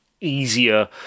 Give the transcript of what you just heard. easier